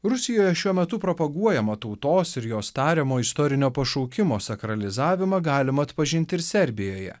rusijoje šiuo metu propaguojamo tautos ir jos tariamo istorinio pašaukimo sakralizavimą galima atpažinti ir serbijoje